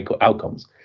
outcomes